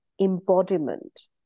embodiment